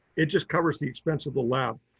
it just covers the expense of the lab.